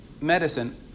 medicine